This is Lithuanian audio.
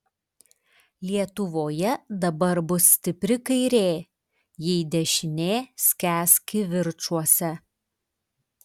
lietuvoje dabar bus stipri kairė jei dešinė skęs kivirčuose